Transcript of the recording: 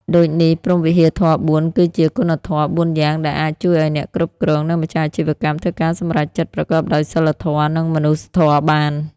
ដូចនេះ ព្រហ្មវិហារធម៌៤ គឺជាគុណធម៌៤យ៉ាងដែលអាចជួយឱ្យអ្នកគ្រប់គ្រង និងម្ចាស់អាជីវកម្មធ្វើការសម្រេចចិត្តប្រកបដោយសីលធម៌ និងមនុស្សធម៌បាន។